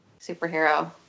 superhero